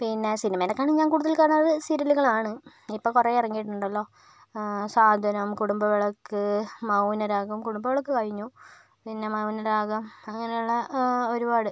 പിന്നെ സിനിമേനേക്കാളും ഞാൻ കൂടുതൽ കാണാറ് സീരിയലുകളാണ് ഇപ്പം കുറെ ഇറങ്ങിയിട്ടുണ്ടല്ലൊ സാന്ത്വനം കുടുംബവിളക്ക് മൗനരാഗം കുടുംബവിളക്ക് കഴിഞ്ഞു പിന്നെ മൗനരാഗം അങ്ങനെയുള്ള ഒരുപാട്